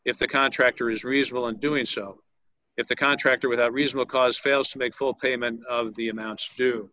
if the contractor is reasonable in doing so if the contractor without reasonable cause fails to make full payment of the amounts to